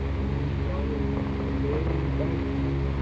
in the